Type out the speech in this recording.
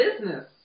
business